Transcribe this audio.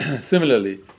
Similarly